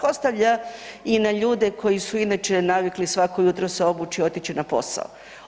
Ostavlja i na ljude koji su inače navikli svako jutro se obući i otići na posao.